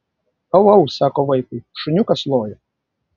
au au sako vaikui šuniukas loja